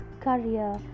career